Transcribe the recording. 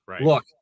look